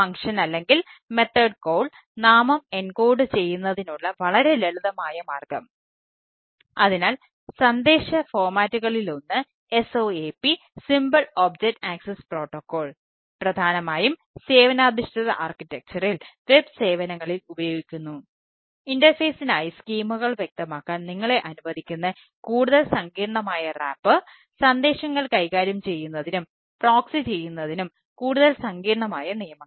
function method call ചെയ്യുന്നതിനും കൂടുതൽ സങ്കീർണ്ണമായ നിയമങ്ങൾ